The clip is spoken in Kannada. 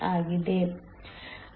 ಆಗಿದೆ